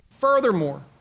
Furthermore